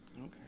okay